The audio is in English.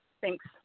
Thanks